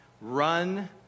Run